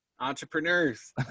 entrepreneurs